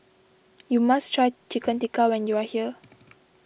you must try Chicken Tikka when you are here